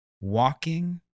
walking